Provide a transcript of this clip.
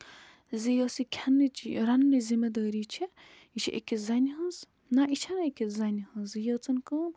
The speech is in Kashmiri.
زِ یۄس یہِ کھٮ۪نٕچ یہِ رَننٕچ زِمہِ دٲری چھِ یہِ چھِ أکِس زَنہِ ہٕنز نہ یہِ چھنہٕ أکِس زنہِ ہٕنزٕے یٲژَن کٲم